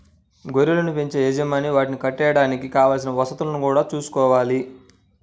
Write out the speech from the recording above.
గొర్రెలను బెంచే యజమాని వాటిని కట్టేయడానికి కావలసిన వసతులను గూడా చూసుకోవాలి